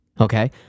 okay